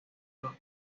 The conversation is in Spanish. los